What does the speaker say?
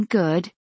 good